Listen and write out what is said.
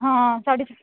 आं साढ़े